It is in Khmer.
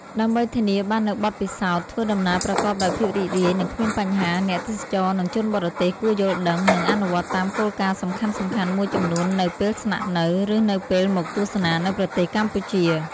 ដើម្បីធានាបាននូវបទពិសោធន៍ធ្វើដំណើរប្រកបដោយភាពរីករាយ និងគ្មានបញ្ហា អ្នកទេសចរ និងជនបរទេសគួរយល់ដឹង និងអនុវត្តតាមគោលការណ៍សំខាន់ៗមួយចំនួននៅពេលស្នាក់នៅ ឬនៅពេលមកទស្សនានៅប្រទេសកម្ពុជា។